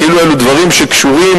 כאילו אלו דברים שקשורים